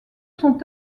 sont